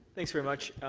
thanks very much.